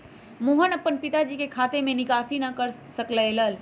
मोहन अपन पिताजी के खाते से निकासी न कर सक लय